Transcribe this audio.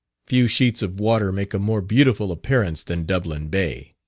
few sheets of water make a more beautiful appearance than dublin bay.